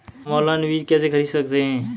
हम ऑनलाइन बीज कैसे खरीद सकते हैं?